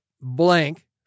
blank